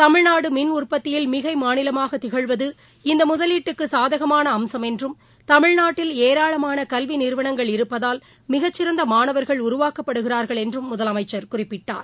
தமிழ்நாடுமின் உற்பத்தியில் மிகைமாநிலமாகதிகழ்வது இந்தமுதலீட்டுக்குசாதகமானஅம்சம் என்றும் தமிழ்நாட்டில் ஏராளமானகல்விநிறுவனங்கள் இருப்பதால் மிகச்சிறந்தமாணவர்கள் உருவாக்கப்படுகிறா்கள் என்றும் முதலமைச்சர் குறிப்பிட்டார்